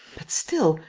but, still,